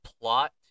plot